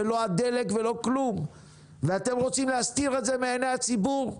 לא הדלק ולא כלום ואתם רוצים להסתיר את זה מעיני הציבור?